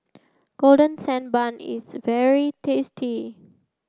Golden Sand Bun is very tasty